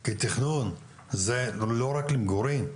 כי, תכנון הוא לא רק למגורים,